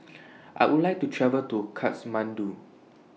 I Would like to travel to Kathmandu